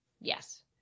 Yes